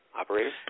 Operator